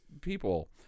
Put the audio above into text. people